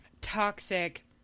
toxic